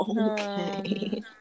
Okay